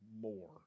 more